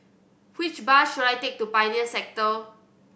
which bus should I take to Pioneer Sector